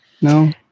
No